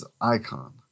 icon